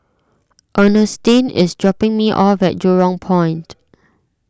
Ernestine is dropping me off at Jurong Point